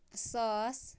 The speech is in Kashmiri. ساس